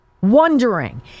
wondering